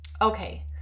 Okay